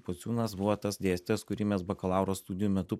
pociūnas buvo tas dėstytojas kurį mes bakalauro studijų metu